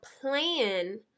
plan